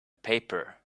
paper